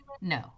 No